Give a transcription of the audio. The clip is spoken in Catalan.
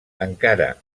encara